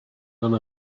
none